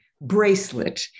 bracelet